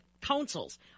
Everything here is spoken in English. councils